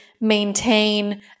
maintain